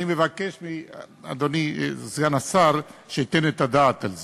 אני מבקש מאדוני סגן השר שייתן את הדעת על זה.